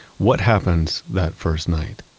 what happens that first night?